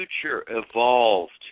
future-evolved